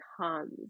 comes